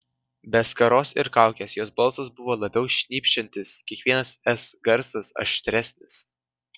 be skaros ir kaukės jos balsas buvo labiau šnypščiantis kiekvienas s garsas aštresnis